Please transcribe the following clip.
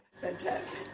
Fantastic